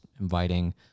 inviting